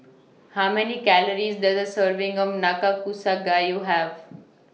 How Many Calories Does A Serving of Nakakusa Gayu Have